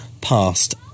past